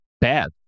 bad